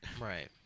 Right